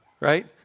right